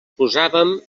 posàvem